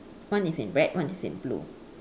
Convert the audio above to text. one is in red one is in blue